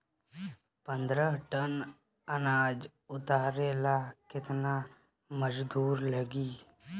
पन्द्रह टन अनाज उतारे ला केतना मजदूर लागी?